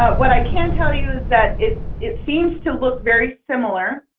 ah what i can tell you is that it it seems to look very similar.